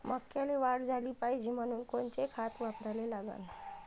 मक्याले वाढ झाली पाहिजे म्हनून कोनचे खतं वापराले लागन?